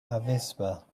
avispa